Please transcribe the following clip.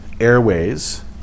airways